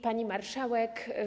Pani Marszałek!